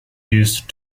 used